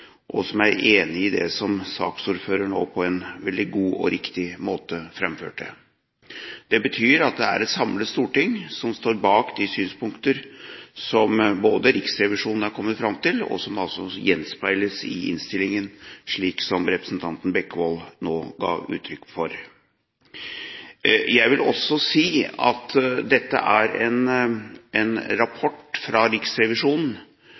det som saksordføreren nå på en veldig god og riktig måte framførte. Det betyr at det er et samlet storting som står bak de synspunkter som både Riksrevisjonen har kommet fram til, og som gjenspeiles i innstillingen, slik som representanten Bekkevold nå ga uttrykk for. Jeg vil også si at dette er en rapport fra Riksrevisjonen